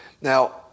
Now